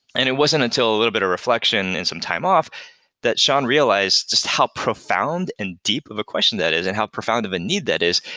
and it wasn't until a little bit of reflection and some time off that sean realized just how profound and deep of a question that is and how profound of a need that is,